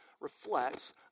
reflects